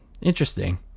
interesting